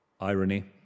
irony